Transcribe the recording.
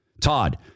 Todd